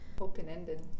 Open-ended